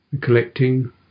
collecting